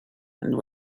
and